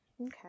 Okay